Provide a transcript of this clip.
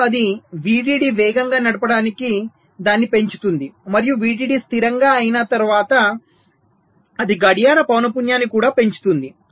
అప్పుడు అది VDD వేగంగా నడవడానికి దానిని పెంచుతుంది మరియు VDD స్థిరంగా అయినా తర్వాత అది గడియార పౌనపున్యాన్ని కూడా పెంచుతుంది